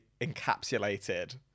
encapsulated